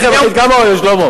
לחם אחיד, כמה עולה, שלמה?